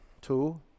two